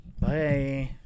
Bye